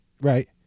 right